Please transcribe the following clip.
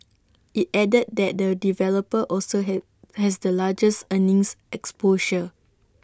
IT added that the developer also had has the largest earnings exposure